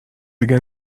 دیگه